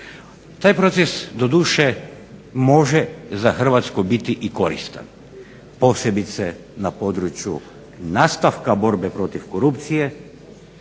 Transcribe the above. Taj proces doduše može za Hrvatsku biti i koristan, posebice na području nastavka borbe protiv korupcije,